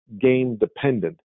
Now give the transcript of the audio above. game-dependent